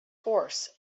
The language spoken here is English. horse